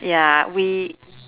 ya we